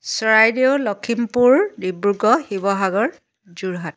Charaideo Lakhimpur Dibrugarh Sivasagar Jorhat